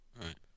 Right